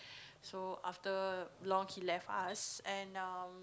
so after long he left us and um